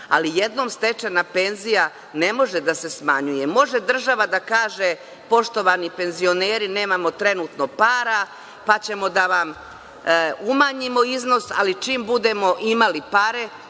ali jednom stečena penzija ne može da se smanjuje. Može država da kaže – poštovani penzioneri, nemamo trenutno para, pa ćemo da vam umanjimo iznos, ali čim budemo imali pare